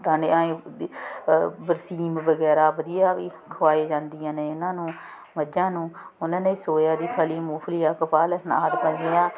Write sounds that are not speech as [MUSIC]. [UNINTELLIGIBLE] ਵਰਸੀਮ ਵਗੈਰਾ ਵਧੀਆ ਵੀ ਖਵਾਏ ਜਾਂਦੀਆਂ ਨੇ ਉਹਨਾਂ ਨੂੰ ਮੱਝਾਂ ਨੂੰ ਉਹਨਾਂ ਨੇ ਸੋਇਆ ਦੀ ਫਲੀ ਮੂੰਗਫਲੀ ਕਪਾਹ [UNINTELLIGIBLE]